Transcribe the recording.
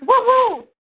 Woohoo